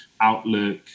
Outlook